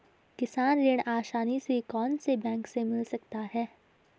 किसान ऋण आसानी से कौनसे बैंक से मिल सकता है?